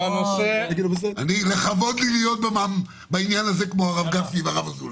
הוא פרש על משהו אחר.